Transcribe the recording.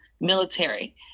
military